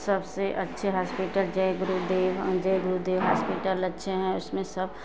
सबसे अच्छे hospital Jai Gurudev Jai Gurudev hospital अच्छे हैं उसमें सब